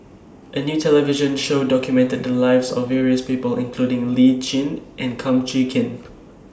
A New television Show documented The Lives of various People including Lee Tjin and Kum Chee Kin